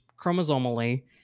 chromosomally